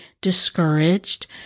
discouraged